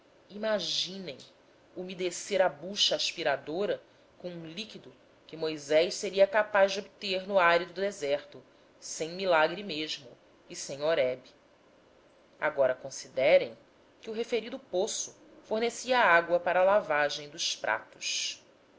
imaginem umedecer a bucha aspiradora com um líquido que moisés seria capaz de obter no árido deserto sem milagre mesmo e sem horeb agora considerem que o referido poço fornecia água para a lavagem dos pratos